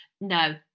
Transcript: No